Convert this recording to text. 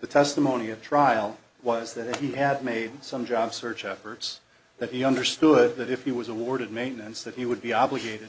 the testimony at trial was that you have made some job search efforts that you understood that if he was awarded maintenance that he would be obligated